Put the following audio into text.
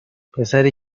پسری